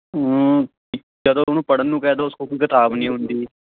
ਜਦੋਂ ਉਹਨੂੰ ਪੜ੍ਹਨ ਨੂੰ ਕਹਿ ਦਿਉ ਉਸ ਕੋਲ ਕੋਈ ਕਿਤਾਬ ਨਹੀਂ ਹੁੰਦੀ